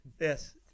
Yes